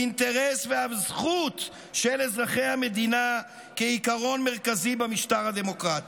היא אינטרס ואף זכות של אזרחי המדינה כעיקרון מרכזי במשטר הדמוקרטי.